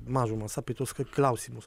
mažumos apie tuos klausimus